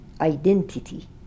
identity